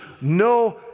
no